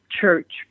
church